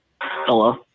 Hello